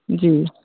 जी